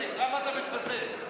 למה אתה מתבזה?